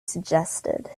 suggested